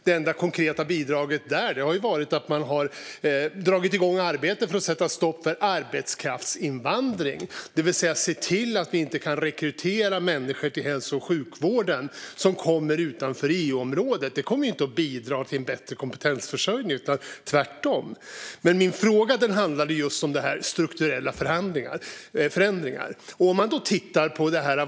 Det enda konkreta bidraget där har varit att man har dragit igång arbetet för att sätta stopp för arbetskraftsinvandring, det vill säga se till att vi inte kan rekrytera människor till hälso och sjukvården som kommer från länder utanför EU-området. Detta kommer inte att bidra till en bättre kompetensförsörjning, tvärtom. Men min fråga handlade om strukturella förändringar.